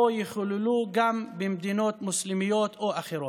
יחוללו גם במדינות מוסלמיות או אחרות,